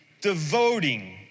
devoting